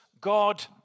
God